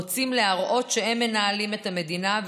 רוצים להראות שהם מנהלים את המדינה,